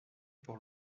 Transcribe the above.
pour